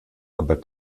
aber